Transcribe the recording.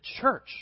church